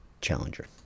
challenger